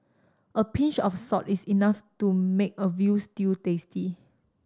a pinch of salt is enough to make a veal stew tasty